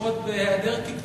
שקשורות בהעדר תקצוב,